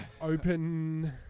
open